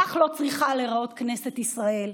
כך לא צריכה להיראות כנסת ישראל,